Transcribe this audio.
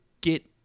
get